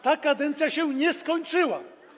Ta kadencja się nie skończyła.